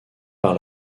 par